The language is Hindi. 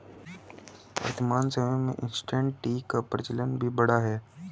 वर्तमान समय में इंसटैंट टी का प्रचलन भी बढ़ा है